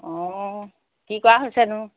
অঁ কি কৰা হৈছেনো